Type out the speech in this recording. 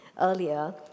earlier